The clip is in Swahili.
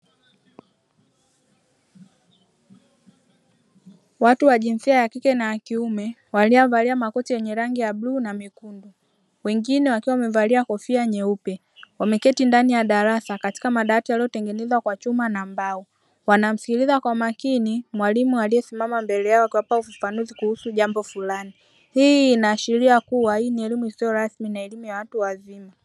Watu wa jinsia ya kike na kiume waliovalia makoti yenye rangi ya bluu na mekundu, wengine wakiwa wamevalia kofia nyeupe wameketi ndani ya darasa katika madawati yaliyotengenezwa kwa chuma na mbao, wanamsikiliza kwa makini mwalimu aliyesimama mbele yao akiwapa ufafanuzi kuhusu jambo fulani . Hii inaashiria kuwa ni elimu isiyorasmi na elimu ya watu wazima.